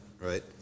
right